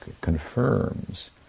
confirms